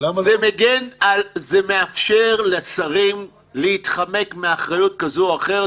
זה מאפשר לשרים להתחמק מאחריות כזאת או אחרת